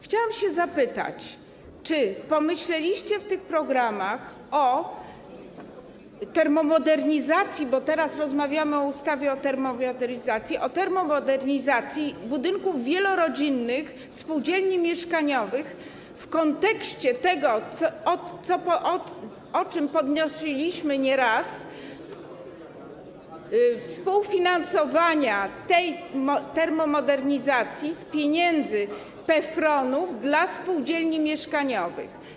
Chciałam się zapytać, czy pomyśleliście w tych programach o termomodernizacji - bo teraz rozmawiamy o ustawie o termomodernizacji - budynków wielorodzinnych spółdzielni mieszkaniowych w kontekście tego, co podnosiliśmy nieraz, współfinansowania tej termomodernizacji z pieniędzy PFRON-u dla spółdzielni mieszkaniowych.